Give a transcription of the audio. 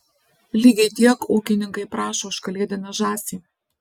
lygiai tiek ūkininkai prašo už kalėdinę žąsį